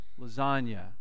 lasagna